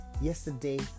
Yesterday